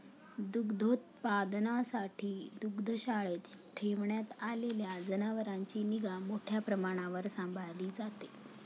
दुग्धोत्पादनासाठी दुग्धशाळेत ठेवण्यात आलेल्या जनावरांची निगा मोठ्या प्रमाणावर सांभाळली जाते